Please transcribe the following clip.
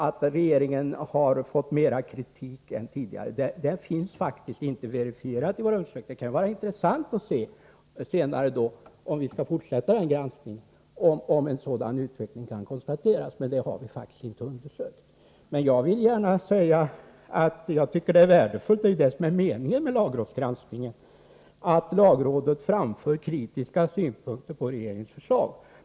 Det finns faktiskt inte verifierat i vår undersökning om regeringen har fått mer kritik än tidigare. Det kunde ju vara intressant att se senare, om vi skall fortsätta denna granskning, huruvida en sådan utveckling kan konstateras. Detta har vi alltså inte undersökt. Jag vill gärna säga att det är värdefullt att lagrådet framför kritiska synpunkter på regeringens förslag — det är ju det som är meningen med lagrådsgranskningen.